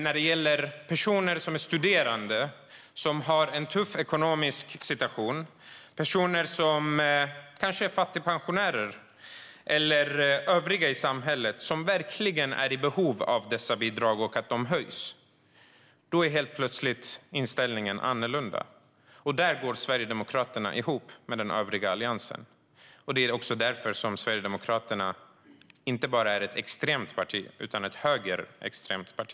När det gäller personer som är studerande och har en tuff ekonomisk situation, personer som kanske är fattigpensionärer eller övriga i samhället som verkligen är i behov av dessa bidrag och att de höjs, är helt plötsligt inställningen annorlunda. Där går Sverigedemokraterna ihop med den övriga Alliansen. Det är också därför Sverigedemokraterna inte bara är ett extremt parti utan ett högerextremt parti.